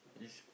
is